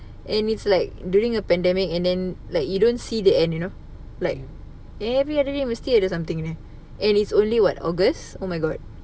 and it's like during a pandemic and then like you don't see the end you know like every other day mesti ada something you know and it's only what august oh my god